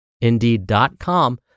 Indeed.com